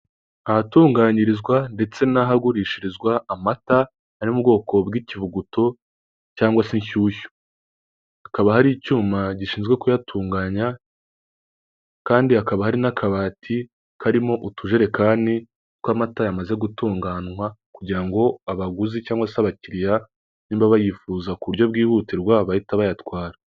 Ahatunganyirizwa ndetse n'ahagurishirizwa amata ari mu bwoko bw'ikivuguto cyangwa se inshyushyu, hakaba hari icyuma gishinzwe kuyatunganya kandi hakaba hari n'akabati karimo utujerekani tw'amata yamaze gutunganywa kugira ngo abaguzi cyangwa se abakiliya, niba bayifuza ku buryo bwihutirwa bahita bayatwara.